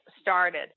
started